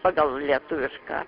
pagal lietuvišką